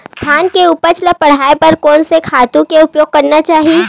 धान के उपज ल बढ़ाये बर कोन से खातु के उपयोग करना चाही?